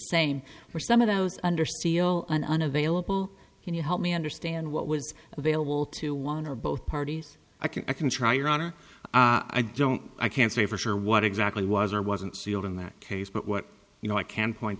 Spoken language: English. same or some of those under seal and unavailable can you help me understand what was available to one or both parties i can i can try your honor i don't i can't say for sure what exactly was or wasn't sealed in that case but what you know i can point